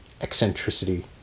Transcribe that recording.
eccentricity